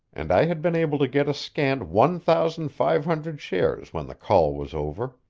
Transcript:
and i had been able to get a scant one thousand five hundred shares when the call was over.